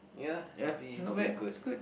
ya a B is still good